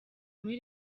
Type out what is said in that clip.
muri